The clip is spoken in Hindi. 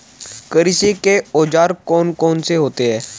कृषि के औजार कौन कौन से होते हैं?